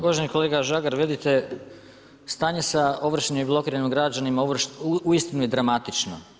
Uvaženi kolega Žagar vidite, stanje sa ovršenim i blokiranim građanima uistinu je dramatično.